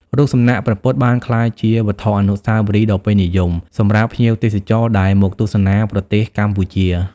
រូបសំណាកព្រះពុទ្ធបានក្លាយជាវត្ថុអនុស្សាវរីយ៍ដ៏ពេញនិយមសម្រាប់ភ្ញៀវទេសចរណ៍ដែលមកទស្សនាប្រទេសកម្ពុជា។